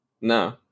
No